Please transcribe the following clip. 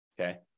Okay